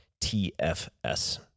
TFS